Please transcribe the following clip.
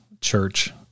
church